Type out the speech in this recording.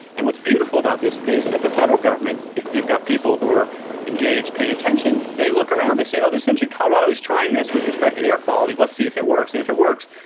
and what's beautiful about this is at the federal government, if you've got people who are engaged paying attention, they look around, they say, oh, this inch in colorado is trying this with respect to air quality. let's see if it works. and if it works,